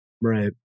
right